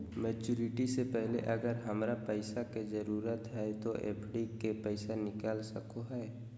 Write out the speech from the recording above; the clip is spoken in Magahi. मैच्यूरिटी से पहले अगर हमरा पैसा के जरूरत है तो एफडी के पैसा निकल सको है?